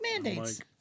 mandates